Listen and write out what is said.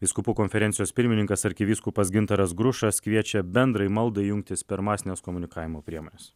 vyskupų konferencijos pirmininkas arkivyskupas gintaras grušas kviečia bendrai maldai jungtis per masines komunikavimo priemones